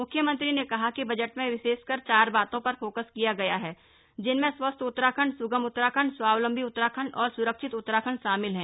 मुख्यमंत्री ने कहा कि बजट में विशेषकर चार बातों पर फोकस किया गया है जिनमें स्वस्थ उत्तराखण्ड स्गम उत्तराखण्ड स्वावलम्बी उत्तराखण्ड और स्रक्षित उत्तराखण्ड शामिल हैं